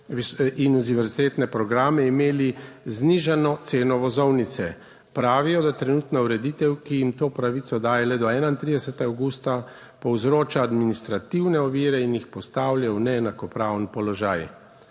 in univerzitetne programe, imeli znižano ceno vozovnice. Pravijo, da trenutna ureditev, ki jim to pravico daje le do 31. avgusta, povzroča administrativne ovire in jih postavlja v neenakopraven položaj.